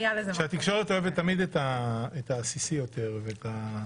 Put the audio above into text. התקשורת תמיד אוהבת את העסיסי יותר.